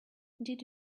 did